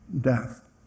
death